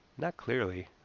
not clearly.